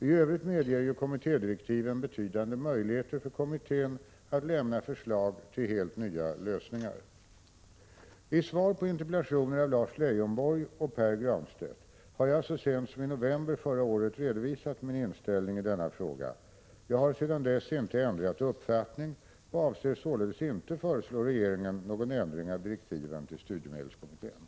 I övrigt medger ju kommittédirektiven betydande möjligheter för kommittén att lämna förslag till helt nya lösningar. I svar på interpellationer av Lars Leijonborg och Pär Granstedt har jag så sent som i november förra året redovisat min inställning i denna fråga. Jag har sedan dess inte ändrat uppfattning och avser således inte föreslå regeringen någon ändring av direktiven till studiemedelskommittén.